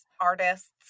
artists